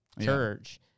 church